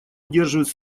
удерживают